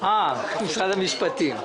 משרד המשפטים.